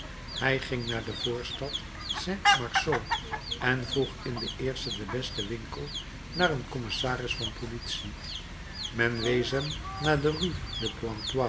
hij ging naar de voorstad saint marceau en vroeg in den eersten den besten winkel naar een commissaris van politie men wees hem naar de